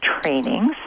trainings